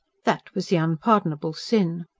that was the unpardonable sin.